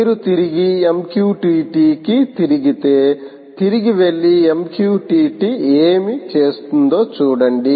మీరు తిరిగి MQTT కి తిరిగితే తిరిగి వెళ్లి MQTT ఏమి చేస్తుందో చూడండి